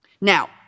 Now